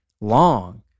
long